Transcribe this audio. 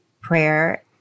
prayer